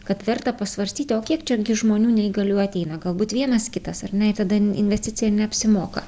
kad verta pasvarstyti o kiek čia gi žmonių neįgaliųjų ateina galbūt vienas kitas ar ne tada in investicija neapsimoka